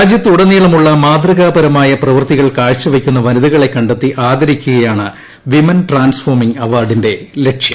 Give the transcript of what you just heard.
രാജ്യത്തുടനീളമുള്ള മാതൃകാപരമായ പ്രവൃത്തികൾ കാഴ്ചവയ്ക്കുന്ന വനിതകളെ കണ്ടെത്തി ആദരിക്കുകയാണ് വിമൻ ട്രാൻസ്ഫോമിംഗ് അവാർഡിന്റെ ലക്ഷ്യം